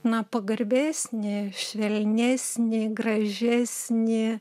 na pagarbesnį švelnesnį gražesnį